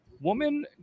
Woman